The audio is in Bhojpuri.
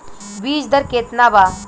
बीज दर केतना बा?